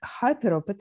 hyperopic